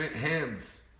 hands